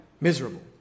miserable